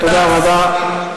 אתה נותן לו כבר יותר משתי דקות.